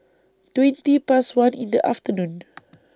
twenty Past one in The afternoon